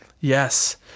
Yes